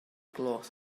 gloch